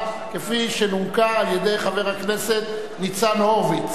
כפי שנומקה על-ידי חבר הכנסת ניצן הורוביץ.